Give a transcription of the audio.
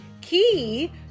key